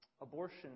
abortion